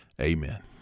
Amen